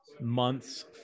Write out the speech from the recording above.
months